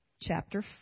chapter